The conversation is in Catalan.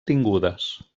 tingudes